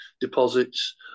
deposits